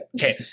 Okay